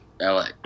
LA